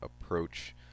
approach